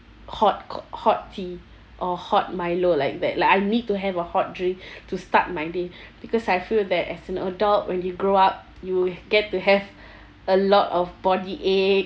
hot hot tea or hot Milo like that like I need to have a hot drink to start my day because I feel that as an adult when you grow up you get to have a lot of body ache